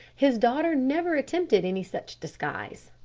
his daughter never attempted any such disguise.